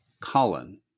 Colin